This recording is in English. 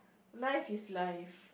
life is life